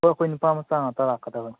ꯍꯣꯏ ꯑꯩꯈꯣꯏ ꯅꯨꯄꯥ ꯃꯆꯥ ꯉꯥꯛꯇ ꯂꯥꯛꯀꯗꯕꯅꯤ